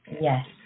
Yes